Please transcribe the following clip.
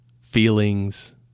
feelings